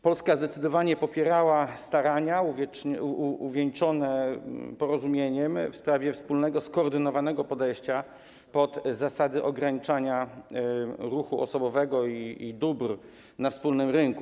Polska zdecydowanie popierała starania uwieńczone porozumieniem w sprawie wspólnego skoordynowanego podejścia, jeśli chodzi o zasady ograniczania ruchu osobowego i dóbr na wspólnym rynku.